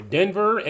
Denver